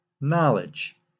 knowledge